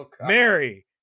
Mary